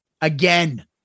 again